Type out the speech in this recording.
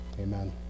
amen